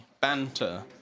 Banter